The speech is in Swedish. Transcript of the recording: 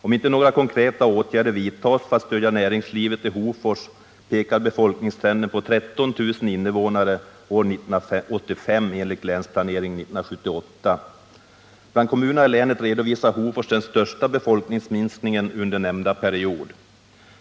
Om inte några konkreta åtgärder vidtas för att stödja näringslivet i Hofors pekar befolkningstrenden på 13 000 invånare år 1985 enligt Länsplanering 1978. Bland kommunerna i länet redovisar Hofors den största befolkningsminskningen under nämnda period.